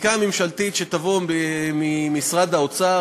חקיקה ממשלתית שתבוא ממשרד האוצר,